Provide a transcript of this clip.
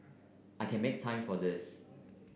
I can make time for this